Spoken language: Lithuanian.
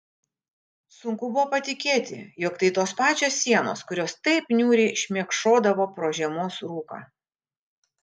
sunku buvo patikėti jog tai tos pačios sienos kurios taip niūriai šmėkšodavo pro žiemos rūką